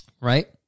right